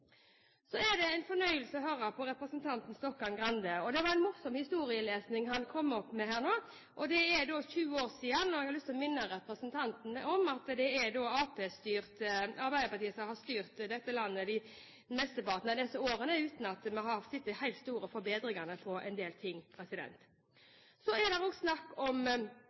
Så er det en fornøyelse å høre på representanten Stokkan-Grande, og det var en morsom historielesning han kom opp med her nå. Det er 20 år siden, og jeg har lyst til å minne representantene om at det er Arbeiderpartiet som har styrt dette landet mesteparten av disse årene, uten at vi har sett de helt store forbedringene når det gjelder en del ting. Så sier statsråd Aasland at det er på tide at det kommunale barnevernet har fått et løft. Til og